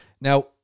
Now